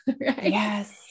Yes